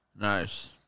Nice